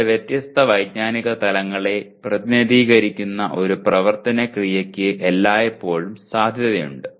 രണ്ട് വ്യത്യസ്ത വൈജ്ഞാനിക തലങ്ങളെ പ്രതിനിധീകരിക്കുന്ന ഒരു പ്രവർത്തന ക്രിയയ്ക്ക് എല്ലായ്പ്പോഴും സാധ്യതയുണ്ട്